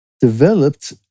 developed